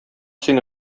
син